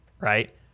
right